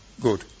Good